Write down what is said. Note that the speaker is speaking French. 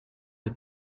des